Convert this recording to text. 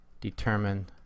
determine